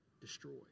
destroyed